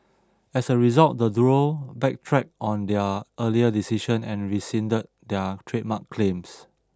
as a result the duo backtracked on their earlier decision and rescinded their trademark claims